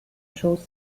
schoß